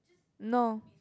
no